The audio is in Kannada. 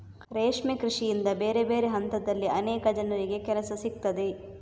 ರೇಷ್ಮೆ ಕೃಷಿಯಿಂದ ಬೇರೆ ಬೇರೆ ಹಂತದಲ್ಲಿ ಅನೇಕ ಜನರಿಗೆ ಕೆಲಸ ಸಿಗ್ತದೆ